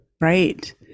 Right